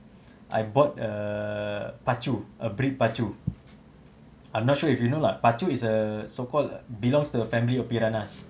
I bought a pacu a breed pacu I'm not sure if you know lah pacu is a so called belongs to a family of piranhas